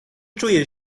czuję